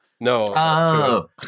No